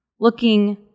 looking